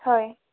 হয়